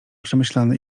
przemyślany